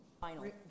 final